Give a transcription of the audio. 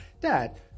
Dad